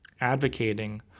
advocating